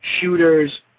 shooters